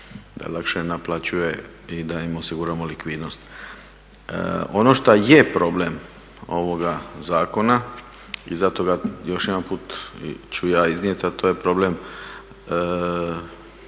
da lakše naplaćuje i da im osiguramo likvidnost. Ono što je problem ovoga zakona i zato ga još jedanput ću ja iznijeti, a to je problem